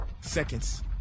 seconds